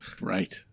Right